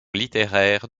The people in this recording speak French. littéraire